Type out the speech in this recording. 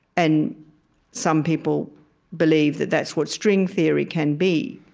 and some people believe that that's what string theory can be.